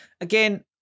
again